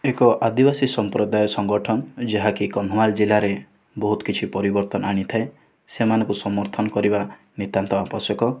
ଏକ ଆଦିବାସୀ ସମ୍ପ୍ରଦାୟ ସଂଗଠନ ଯାହାକି କନ୍ଧମାଳ ଜିଲ୍ଲାରେ ବହୁତ କିଛି ପରିବର୍ତ୍ତନ ଆଣିଥାଏ ସେମାନଙ୍କୁ ସମର୍ଥନ କରିବା ନିତ୍ୟାନ୍ତ ଆବଶ୍ୟକ